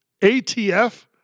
ATF